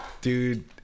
Dude